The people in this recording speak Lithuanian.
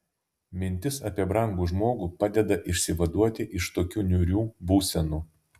mintis apie brangų žmogų padeda išsivaduoti iš tokių niūrių būsenų